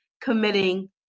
committing